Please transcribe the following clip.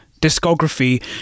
discography